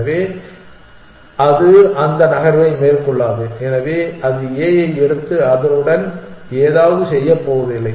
எனவே அது அந்த நகர்வை மேற்கொள்ளாது எனவே அது A ஐ எடுத்து அதனுடன் ஏதாவது செய்யப் போவதில்லை